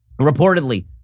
reportedly